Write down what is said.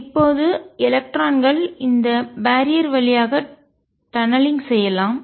இப்போது எலக்ட்ரான்கள் இந்த பேரியர் தடை வழியாக டநலிங்க் துளைத்து செல்லும் செய்யலாம்